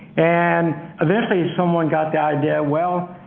and eventually someone got the idea, well,